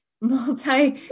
multi-